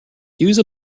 use